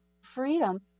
freedom